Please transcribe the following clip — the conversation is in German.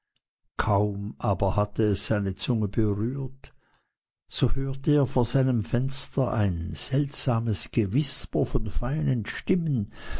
kaum aber hatte es seine zunge berührt so hörte er vor seinem fenster ein seltsames gewisper von feinen stimmen